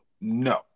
No